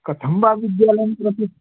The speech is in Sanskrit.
कथं वा विद्यालयम्प्रति